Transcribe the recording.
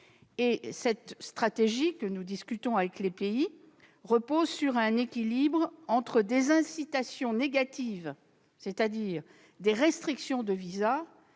La démarche que nous négocions avec ces pays repose sur un équilibre entre des incitations négatives, c'est-à-dire des restrictions de visas,